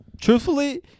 Truthfully